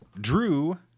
Drew